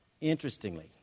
interestingly